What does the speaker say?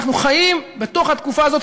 אנחנו חיים בתוך התקופה הזאת,